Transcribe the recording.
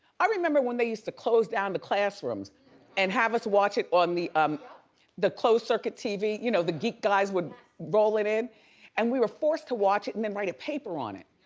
i remember when they used to close down the classrooms and have us watch it on the um the closed circuit tv. you know the geek guys would roll it in and we were forced to watch it and then write a paper on it.